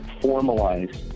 formalize